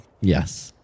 Yes